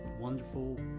wonderful